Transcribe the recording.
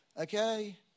Okay